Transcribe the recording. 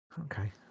okay